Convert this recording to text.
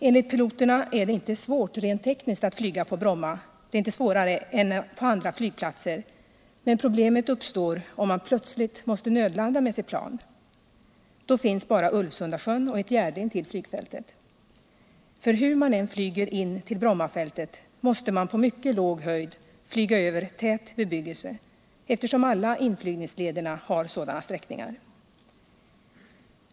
Enligt piloterna är det inte svårare rent tekniskt att flyga på Bromma än på andra flygplatser, men problem uppstår om man plötsligt måste nödlanda med sitt plan. Då finns bara Ulvsundasjön och ett gärde intill flygfältet att ta till. För hur man än flyger in till Brommafältet måste man på mycket låg höjd flyga över tät bebyggelse, eftersom alla inflyg ningslederna har sådana sträckningar.